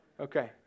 Okay